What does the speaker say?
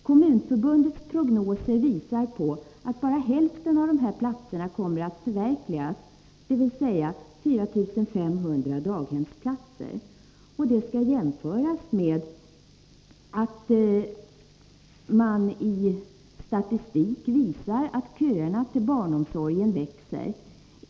Kommunförbundets prognoser visar på att bara hälften av dessa platser kommer att förverkligas, dvs. 4 500 daghemsplatser. Detta skall jämföras med den statistik som visar att köerna till barnomsorgen växer.